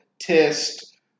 test